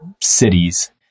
cities